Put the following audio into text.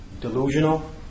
Delusional